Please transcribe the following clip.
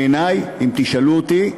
בעיני, אם תשאלו אותי,